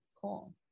cool